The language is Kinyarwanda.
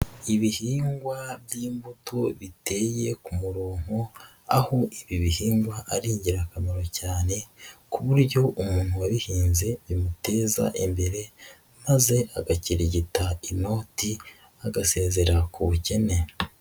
Ibihingwa by'imbuto biteye ku murongo aho ibi bihingwa ari ingirakamaro cyane ku buryo umuntu wabihinze bimuteza imbere maze agakirigita inoti, agasezera ku bukene.